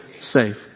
safe